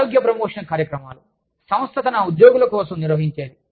ఆరోగ్య ప్రమోషన్ కార్యక్రమాలు సంస్థ తన ఉద్యోగుల కోసం నిర్వహిoచేది